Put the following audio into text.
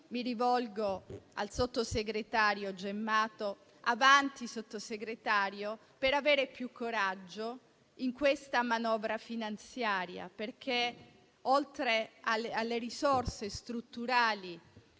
mi rivolgo al sottosegretario Gemmato - per avere più coraggio in questa manovra finanziaria, perché oltre alle risorse strutturali